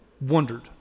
wondered